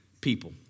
people